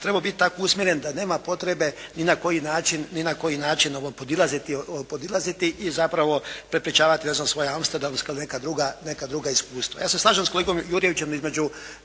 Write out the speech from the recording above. trebao biti tako usmjeren da nema potrebe ni na koji način podilaziti i zapravo prepričavati svoja amsterdamska ili neka druga iskustva.